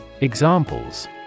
Examples